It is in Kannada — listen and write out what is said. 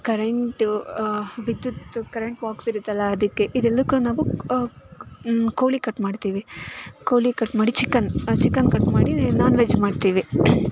ಕರೆಂಟು ಆ ವಿದ್ಯುತ್ ಕರೆಂಟ್ ಬಾಕ್ಸ್ ಇರುತ್ತಲ್ಲ ಅದಕ್ಕೆ ಇದು ಎಲ್ಲಕ್ಕೂ ನಾವು ಕೋಳಿ ಕಟ್ ಮಾಡ್ತೀವಿ ಕೋಳಿ ಕಟ್ ಮಾಡಿ ಚಿಕನ್ ಚಿಕನ್ ಕಟ್ ಮಾಡಿ ನಾನ್ ವೆಜ್ ಮಾಡ್ತೀವಿ